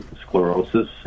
sclerosis